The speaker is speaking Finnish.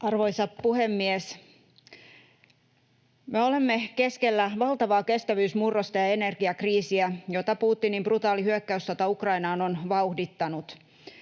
Arvoisa puhemies! Me olemme keskellä valtavaa kestävyysmurrosta ja energiakriisiä, jota Putinin brutaali hyökkäyssota Ukrainaan on vauhdittanut.